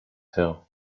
her